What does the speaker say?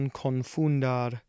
confundar